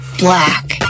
black